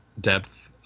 depth